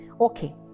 Okay